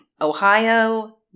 Ohio